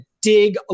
Dig